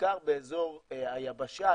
בעיקר באזור היבשה,